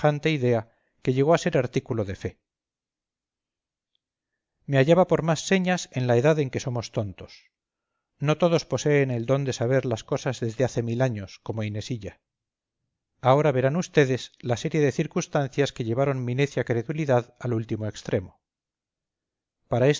que llegó a ser artículo de fe me hallaba por más señas en la edad en que somos tontos no todos poseen el don de saber las cosas desde hace mil años como inesilla ahora verán vds la serie de circunstancias que llevaron mi necia credulidad al último extremo para